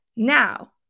Now